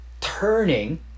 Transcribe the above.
Turning